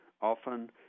often